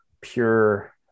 pure